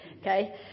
okay